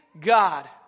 god